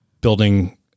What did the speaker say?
building